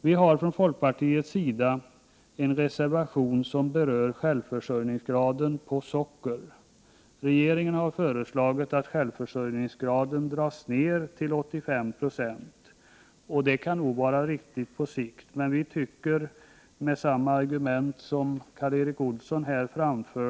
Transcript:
Vi i folkpartiet har framställt en reservation som berör självförsörjningsgraden för socker. Regeringen har föreslagit att självförsörjningsgraden skall dras ned till 85 96, och det kan nog på sikt vara riktigt. Men vi i folkpartiet instämmer i de argument som Karl Erik Olsson här framförde.